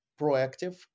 proactive